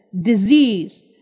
disease